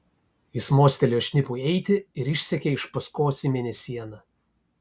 jis mostelėjo šnipui eiti ir išsekė iš paskos į mėnesieną